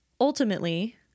Ultimately